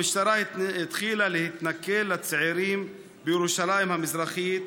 המשטרה התחילה להתנכל לצעירים בירושלים המזרחית,